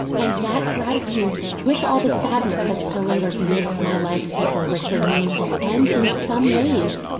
and that gratitude, with all the sadness that still lingers, makes my life deeper, richer, meaningful, and in some ways,